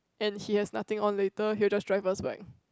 and he has nothing on later he will just drive us back